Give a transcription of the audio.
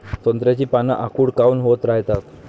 संत्र्याची पान आखूड काऊन होत रायतात?